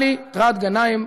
עלי גנאים,